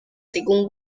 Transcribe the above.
según